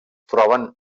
troben